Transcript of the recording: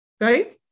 right